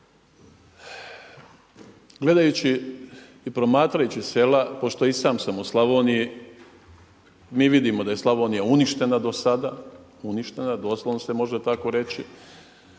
Gledajući i promatrajući sela pošto i sam sam u Slavoniji, mi vidimo da je Slavonija uništena do sada, uništena, doslovno se može tako reći.